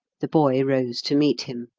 the boy rose to meet him.